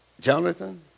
Jonathan